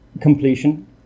completion